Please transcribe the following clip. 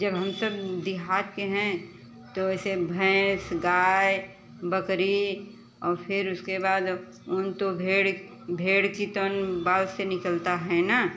जब हम सब दिहात के हैं तो ऐसे भैंस गाय बकरी और फिर उसके बाद उन तो भेड़ भेड़ चीता से निकलता है ना